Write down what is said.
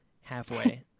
halfway